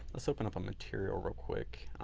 let's open up a material real quick.